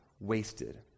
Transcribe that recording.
wasted